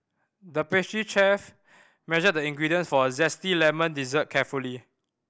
the pastry chef measured the ingredients for a zesty lemon dessert carefully